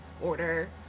order